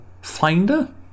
finder